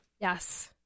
Yes